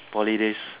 Poly days